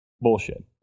Bullshit